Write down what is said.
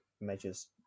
measures